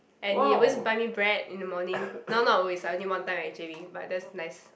and he always buy me bread in the morning now not always ah only one time actually but that's nice